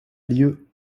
lieu